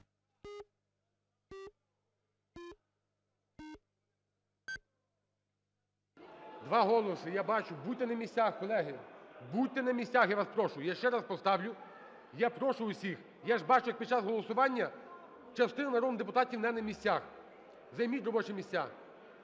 Два голоси, я бачу. Будьте на місцях, колеги. Будьте на місцях, я вас прошу. Я ще раз поставлю, я прошу усіх, я ж бачу, як під час голосування частина народних депутатів не на місцях. Займіть робочі місця,